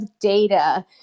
data